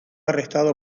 arrestado